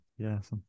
Yes